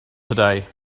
today